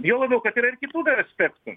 juo labiau kad yra ir kitų aspektų